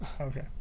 Okay